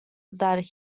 that